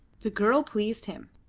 the girl pleased him.